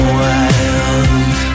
wild